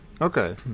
Okay